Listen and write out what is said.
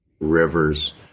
Rivers